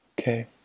Okay